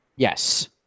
Yes